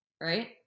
right